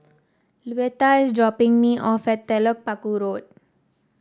Luetta is dropping me off at Telok Paku Road